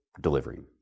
delivering